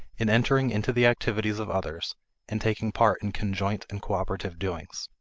in entering into the activities of others and taking part in conjoint and cooperative doings.